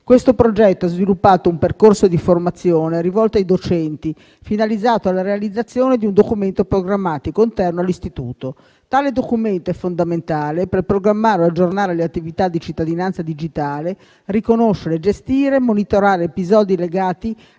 Questo progetto ha sviluppato un percorso di formazione rivolto ai docenti, finalizzato alla realizzazione di un documento programmatico interno all'istituto. Tale documento è fondamentale per programmare o aggiornare le attività di cittadinanza digitale, riconoscere, gestire e monitorare episodi legati